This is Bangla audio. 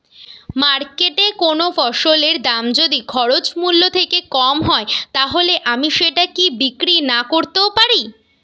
মার্কেটৈ কোন ফসলের দাম যদি খরচ মূল্য থেকে কম হয় তাহলে আমি সেটা কি বিক্রি নাকরতেও পারি?